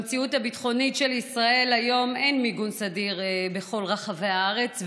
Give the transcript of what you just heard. במציאות הביטחונית של ישראל היום אין מיגון סדיר בכל רחבי הארץ,